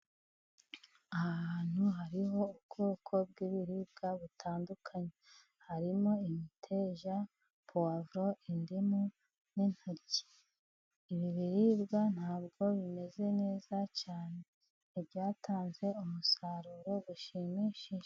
Aha hantu hariho ubwoko bw'ibiribwa butandukanye, harimo imiteja, powavuro, indimu n'intoryi. Ibi biribwa ntabwo bimeze neza cyane ntabwo byatanze umusaruro ushimishije.